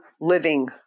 living